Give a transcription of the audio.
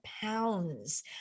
pounds